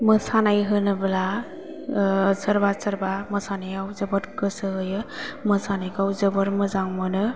मोसानाय होनोब्ला सोरबा सोरबा मोसोनायाव जोबोर गोसो होयो मोसानायखौ जोबोर मोजां मोनो